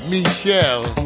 Michelle